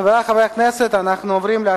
חברי חברי הכנסת,